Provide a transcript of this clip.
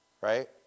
Right